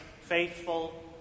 faithful